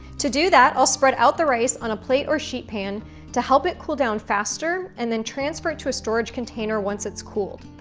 to do that, i'll spread out the rice on a plate or sheet pan to help it cool down faster and then transfer it to a storage container once it's cooled.